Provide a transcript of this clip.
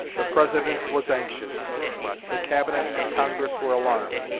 the president was anxious the cabinet and congress were alarmed.